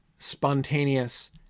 spontaneous